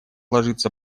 ложится